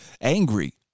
angry